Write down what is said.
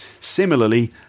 Similarly